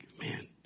man